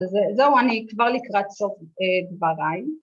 ‫אז זהו, אני כבר לקראת סוף דבריי.